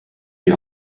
die